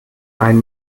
ein